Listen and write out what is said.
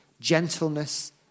gentleness